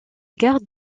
gare